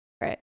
Right